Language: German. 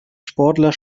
sportler